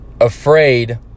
Afraid